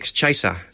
chaser